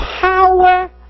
power